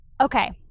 Okay